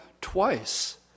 twice